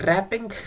Rapping